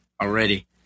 already